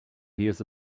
hears